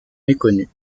méconnus